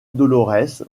dolorès